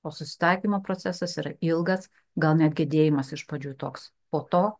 o susitaikymo procesas yra ilgas gal net gedėjimas iš pradžių toks po to